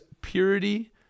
purity